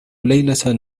ليلة